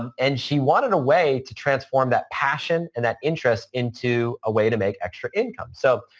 um and she wanted a way to transform that passion and that interest into a way to make extra income. so,